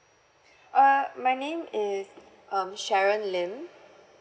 uh my name is um sharon lim